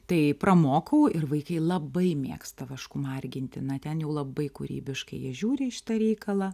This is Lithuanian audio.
tai pramokau ir vaikai labai mėgsta vašku marginti na ten jau labai kūrybiškai jie žiūri į šitą reikalą